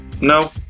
No